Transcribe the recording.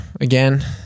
again